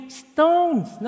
stones